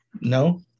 no